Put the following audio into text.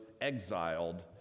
exiled